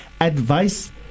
advice